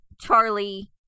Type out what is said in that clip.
Charlie